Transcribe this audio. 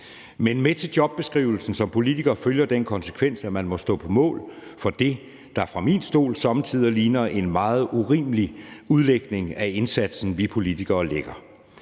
men med jobbeskrivelsen som politiker følger den konsekvens, at man må stå på mål for det, der fra min stol somme tider ligner en meget urimelig udlægning af indsatsen, vi politikere lægger.